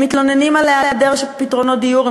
הם מתלוננים על היעדר פתרונות דיור,